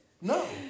No